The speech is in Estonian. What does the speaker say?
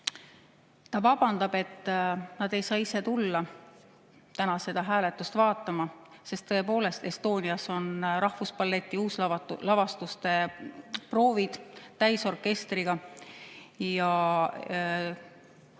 vabandust, et nad ei saa ise tulla tänast hääletust vaatama, sest tõepoolest, Estonias on rahvusballeti uuslavastuste proovid täisorkestriga ja